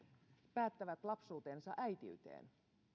päättää lapsuutensa äitiyteen